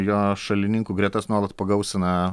jo šalininkų gretas nuolat pagausina